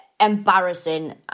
Embarrassing